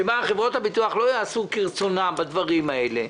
שבה חברות הביטוח לא יעשו כרצונן בדברים האלה,